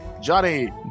Johnny